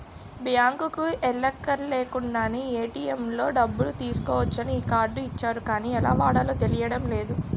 బాంకుకి ఎల్లక్కర్లేకుండానే ఏ.టి.ఎం లో డబ్బులు తీసుకోవచ్చని ఈ కార్డు ఇచ్చారు గానీ ఎలా వాడాలో తెలియడం లేదు